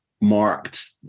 marked